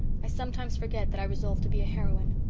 i sometimes forget that i resolved to be a heroine.